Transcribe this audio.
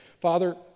Father